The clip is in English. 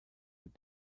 with